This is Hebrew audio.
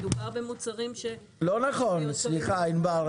לא נכון, ענבר.